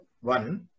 One